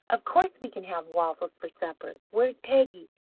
of course we can have waffles for supper. where's peggy?